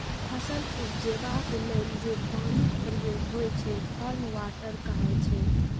फसल उपजेबाक लेल जे पानिक प्रयोग होइ छै फार्म वाटर कहाइ छै